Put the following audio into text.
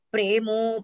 Premo